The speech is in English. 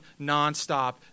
nonstop